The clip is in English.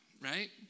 right